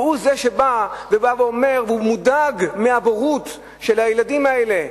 והוא זה שבא ואומר שהוא מודאג מהבורות של הילדים האלה,